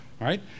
right